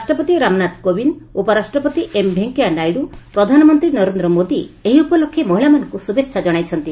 ରାଷ୍ଟପତି ରାମନାଥ କୋବିନ୍ଦ ଉପରାଷ୍ଟ୍ରପତି ଏମ୍ ଭେଙିୟାନାଇଡୁ ପ୍ରଧାନମନ୍ତୀ ନରେନ୍ଦ ମୋଦି ଏହି ଉପଲକ୍ଷେ ମହିଳାମାନଙ୍କୁ ଶୁଭେଛା ଜଣାଇଛନ୍ତି